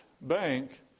bank